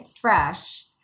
fresh